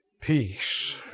peace